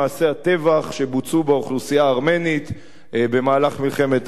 שבוצעו באוכלוסייה הארמנית במהלך מלחמת העולם הראשונה,